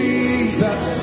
Jesus